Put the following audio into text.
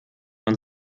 man